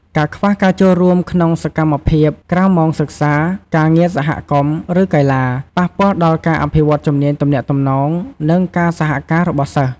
ការខ្វះការចូលរួមក្នុងសកម្មភាពក្រៅម៉ោងសិក្សា ការងារសហគមន៍ ឬកីឡា ប៉ះពាល់ដល់ការអភិវឌ្ឍជំនាញទំនាក់ទំនង និងការសហការរបស់សិស្ស។